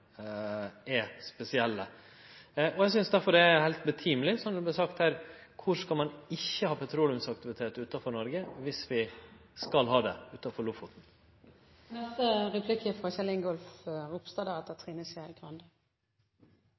er spesielle. Eg synest derfor det er heilt på sin plass, som det vart sagt her: Kvar skal ein ikkje ha petroleumsaktivitet utanfor Noreg viss ein skal ha det utanfor Lofoten? Til debatten om IEA: Jeg er litt opptatt av at